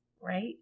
right